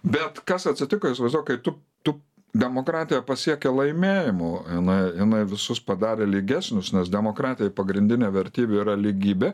bet kas atsitiko įsivaizduok kai tu tu demokratija pasiekė laimėjimų inai inai visus padarė lygesnius nes demokratijai pagrindinė vertybė yra lygybė